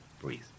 breathe